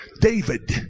David